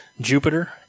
Jupiter